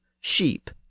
sheep